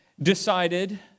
decided